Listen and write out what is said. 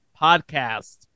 Podcast